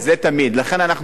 זה תמיד.